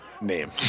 name